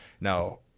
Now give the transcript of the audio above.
Now